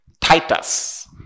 Titus